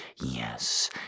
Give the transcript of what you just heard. yes